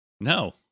No